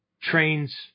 trains